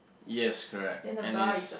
yes correct and is